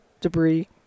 debris